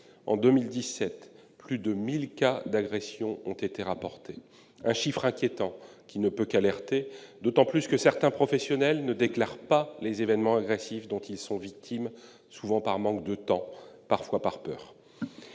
En 2017, plus de 1 000 cas d'agressions ont été rapportés. Ce chiffre inquiétant ne peut qu'alerter, d'autant plus que certains professionnels ne déclarent pas les événements agressifs dont ils sont victimes, souvent par manque de temps, parfois par peur.